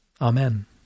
Amen